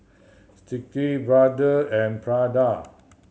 Sticky Brother and Prada